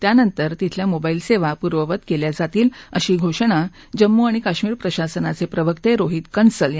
त्यानंतर तिथल्या मोबाईल सेवा पूर्ववत केल्या जातील अशी घोषणा जम्मू आणि काश्मीर प्रशासनाचे प्रवक्ते रोहीत कन्सल यांनी केली होती